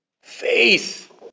faith